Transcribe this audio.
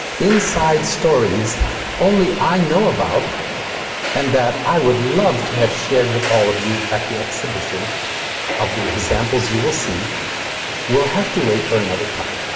inside stories only i know about and that i would love to have shared with all of you at the exhibition of the examples you will see will have to wait for another time.